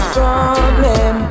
problem